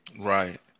Right